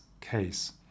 case